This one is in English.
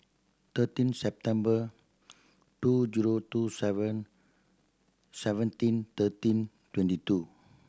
thirteen September two zero two seven seventeen thirteen twenty two